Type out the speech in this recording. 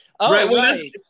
Right